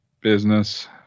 business